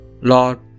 Lord